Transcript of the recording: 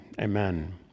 Amen